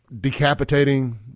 decapitating